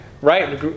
right